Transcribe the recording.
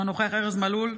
אינו נוכח ארז מלול,